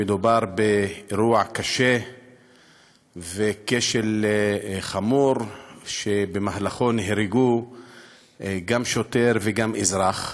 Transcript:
שמדובר באירוע קשה וכשל חמור שבמהלכו נהרגו גם שוטר וגם אזרח.